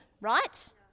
right